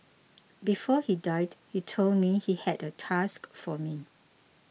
before he died he told me he had a task for me